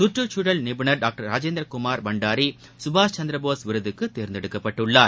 கற்றுச்சூழல் நிபுணர் டாக்டர் ராஜேந்திர குமார் பண்டாரி சுபாஷ் சந்திர போஸ் விருதுக்கு தேர்ந்தெடுக்கப்பட்டுள்ளார்